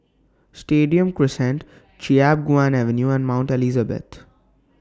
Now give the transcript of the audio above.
Stadium Crescent Chiap Guan Avenue and Mount Elizabeth